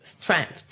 strength